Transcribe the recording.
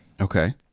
Okay